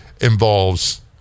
involves